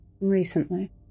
recently